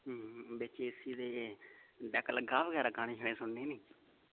बिच्च एसी ते डैक लग्गे दा बगैरा गाने शाने सुनने नी